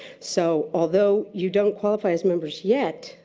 so although you don't qualify as members yet,